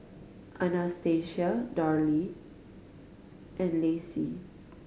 Anastasia Daryle and Lacy